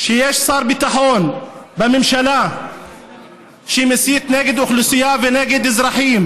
כשיש שר ביטחון בממשלה שמסית נגד אוכלוסייה ונגד אזרחים?